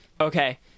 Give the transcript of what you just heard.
okay